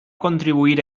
contribuir